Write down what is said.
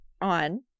on